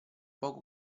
poco